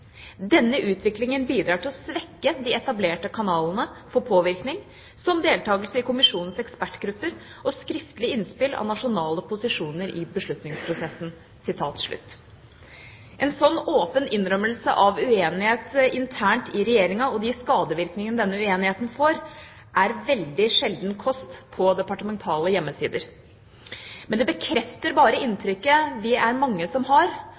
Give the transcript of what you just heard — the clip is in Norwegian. svekke de etablerte kanalene for påvirkning som deltakelse i kommisjonens ekspertgrupper og skriftelig innspill av nasjonale posisjoner i beslutningsprosessen.» En slik åpen innrømmelse av uenighet internt i Regjeringa og de skadevirkningene denne uenigheten får, er veldig sjelden kost på departementale hjemmesider. Det bekrefter bare inntrykket som vi er mange som har,